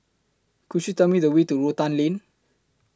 Could YOU Tell Me The Way to Rotan Lane